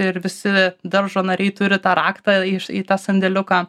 ir visi daržo nariai turi tą raktą iš į tą sandėliuką